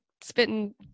spitting